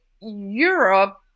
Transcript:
Europe